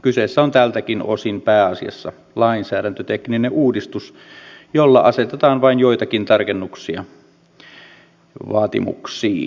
kyseessä on tältäkin osin pääasiassa lainsäädäntötekninen uudistus jolla asetetaan vain joitakin tarkennuksia vaatimuksiin